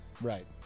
Right